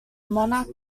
monarch